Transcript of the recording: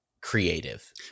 creative